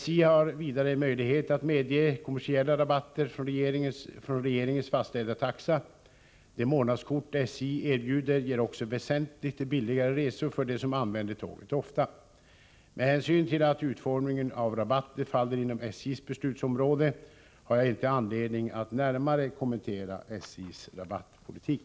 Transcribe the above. SJ har vidare möjlighet att medge kommersiella rabatter på regeringens fastställda taxa. De månadskort SJ erbjuder ger också väsentligt billigare resor för dem som använder tåget ofta. Med hänsyn till att utformningen av rabatter faller inom SJ:s beslutsområde har jag inte anledning att närmare kommentera SJ:s rabattpolitik.